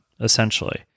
essentially